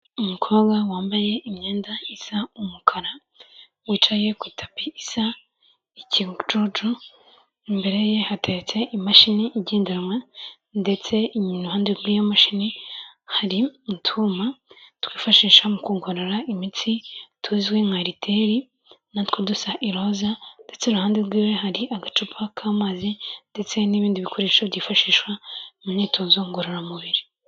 Umukobwa wambaye imyenda isa umukara, wicaye ku itapi isa ikinjojo imbere ye hatetse imashini igendanwa, ndetse iruhande rw'iyo mashini hari utwuma twifashishwa mu kugorora imitsi tuzwi nka literi na two dusa iroza, ndetse iruhande rw'iwe hari agacupa k'amazi ndetse n'ibindi bikoresho byifashishwa mu myitozo ngororamubiri.